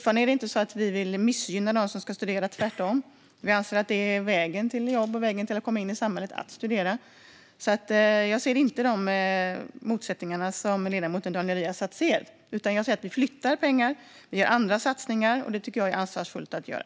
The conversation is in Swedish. Vi vill inte missgynna dem som ska studera, tvärtom. Vi anser att studier är vägen till jobb och vägen till att komma in i samhället. Jag ser inte de motsättningar som ledamoten Daniel Riazat ser. Jag ser att vi flyttar pengar och gör andra satsningar. Det tycker jag är ansvarsfullt att göra.